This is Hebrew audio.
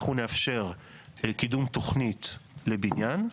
אנחנו נאפשר קידום תוכנית לבניין,